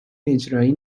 اجرایی